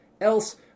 Else